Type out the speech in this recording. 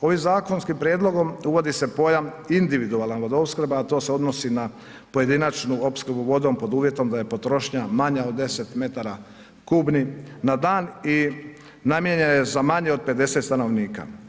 Ovim zakonskim prijedlogom uvodi se pojam individualna vodoopskrba, a to se odnosi na pojedinačnu opskrbu vodom pod uvjetom da je potrošnja manja od 10 metara kubnih na dan i namijenjena je za manje od 50 stanovnika.